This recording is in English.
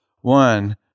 one